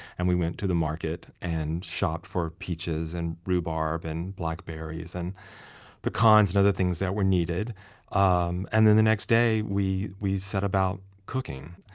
and we went to the market and shopped for peaches, and rhubarb, and blackberries, and pecans and other things that were needed um and the next day we we set about cooking,